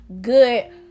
good